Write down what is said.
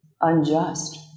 unjust